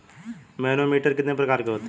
Manometer कितने प्रकार के होते हैं?